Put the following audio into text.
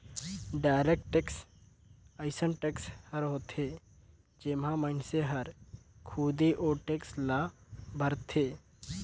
direct tax अइसन tax हर होथे जेम्हां मइनसे हर खुदे ओ टेक्स ल भरथे